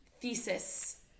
thesis